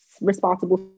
responsible